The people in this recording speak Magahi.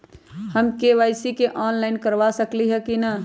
हम के.वाई.सी ऑनलाइन करवा सकली ह कि न?